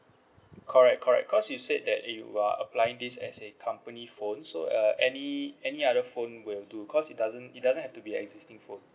correct correct cause you said that you are applying this as a company phone so uh any any other phone will do cause it doesn't it doesn't have to be existing phone